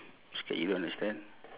scared you don't understand